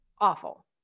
awful